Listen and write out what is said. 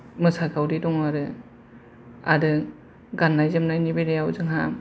मोसाखावरि दं आरो आरो गाननाय जोमनायनि बेलायाव जोंहा